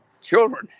children